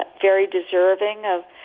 ah very deserving of